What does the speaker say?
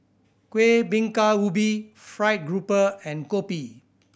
Kuih Bingka Ubi fried grouper and kopi